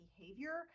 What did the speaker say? behavior